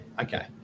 Okay